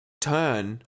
turn